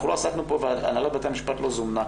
אנחנו לא עסקנו פה והנהלת בתי המשפט לא הוזמנה